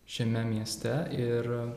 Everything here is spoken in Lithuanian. šiame mieste ir